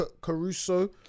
Caruso